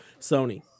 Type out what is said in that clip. Sony